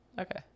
Okay